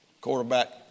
Quarterback